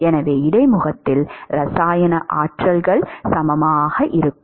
எனவே இடைமுகத்தில் இரசாயன ஆற்றல்கள் சமமாக இருக்கும்